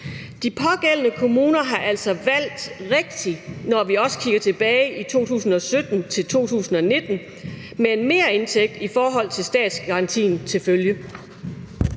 De pågældende kommuner har altså valgt rigtigt, når vi også kigger tilbage på 2017-2019, med en merindtægt i forhold til statsgarantien til følge.